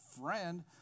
friend